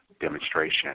demonstration